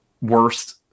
worst